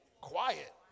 Quiet